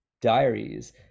diaries